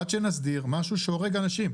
עד שנסדיר משהו שגורם להרג של אנשים.